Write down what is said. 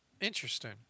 Interesting